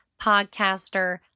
podcaster